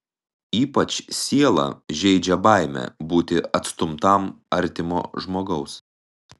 ypač sielą žeidžia baimė būti atstumtam artimo žmogaus